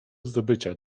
zdobycia